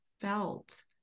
felt